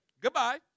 Goodbye